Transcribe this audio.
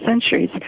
centuries